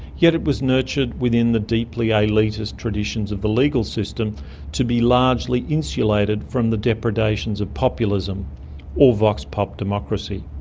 yet it was nurtured within the deeply elitist traditions of the legal system to be largely insulated from the depredations of populism or vox pop democracy.